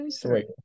three